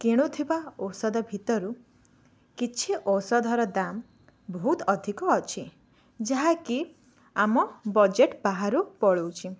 କିଣୁଥିବା ଔଷଧ ଭିତରୁ କିଛି ଔଷଧର ଦାମ୍ ବହୁତ ଅଧିକ ଅଛି ଯାହାକି ଆମ ବଜେଟ୍ ବାହାରୁ ପଳାଉଛି